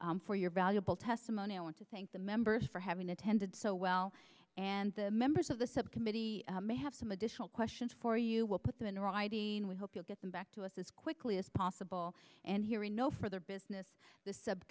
today for your valuable testimony i want to thank the members for having attended so well and the members of the subcommittee may have some additional questions for you we'll put them in writing we hope you'll get them back to us as quickly as possible and here we know for their business this sub